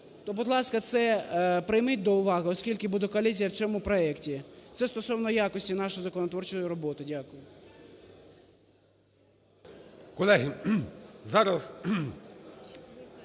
То, будь ласка, прийміть це до уваги, оскільки буде колізія в цьому проекті, це стосовно якості нашої законотворчої роботи. Дякую.